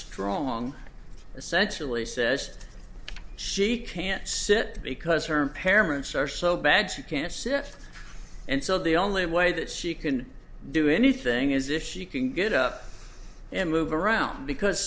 strong essentially says she can't sit because her parents are so bad she can't sift and so the only way that she can do anything is if she can get up and move around because